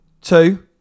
Two